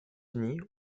unis